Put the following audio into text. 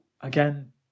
again